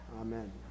Amen